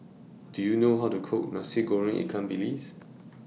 Do YOU know How to Cook Nasi Goreng Ikan Bilis